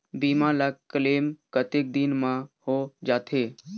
बीमा ला क्लेम कतेक दिन मां हों जाथे?